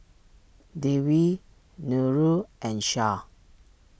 Dewi Nurul and Shah